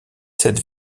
cette